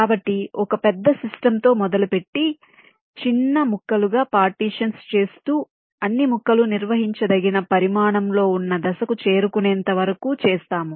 కాబట్టి ఒక పెద్ద సిస్టమ్ తో మొదలుపెట్టి చిన్న ముక్కలుగా పార్టీషన్స్ చేస్తూ అన్ని ముక్కలు నిర్వహించదగిన పరిమాణంలో ఉన్న దశకు చేరుకునేంత వరకు చేస్తాము